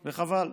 וחבל.